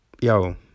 Yo